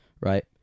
right